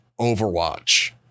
Overwatch